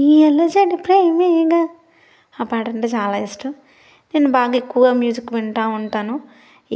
ఈ అలజడి ప్రేమేగా ఆ పాటంటే చాలా ఇష్టం నేను బాగా ఎక్కువ మ్యూజిక్ వింటూ ఉంటాను